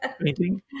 painting